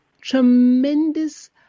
tremendous